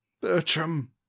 Bertram